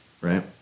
Right